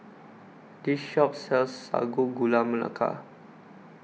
This Shop sells Sago Gula Melaka